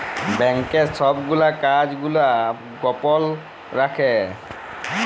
ব্যাংকের ছব গুলা কাজ গুলা গপল রাখ্যে